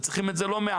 וצריכים את זה לא מעט.